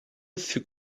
fut